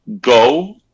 go